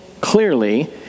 clearly